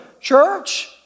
church